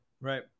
right